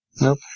Nope